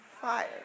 fire